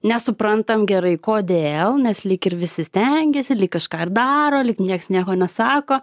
nesuprantam gerai kodėl nes lyg ir visi stengiasi lyg kažką ir daro lyg nieks nieko nesako